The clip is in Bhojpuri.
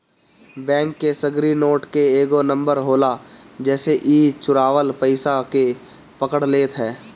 बैंक के सगरी नोट के एगो नंबर होला जेसे इ चुरावल पईसा के पकड़ लेत हअ